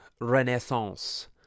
renaissance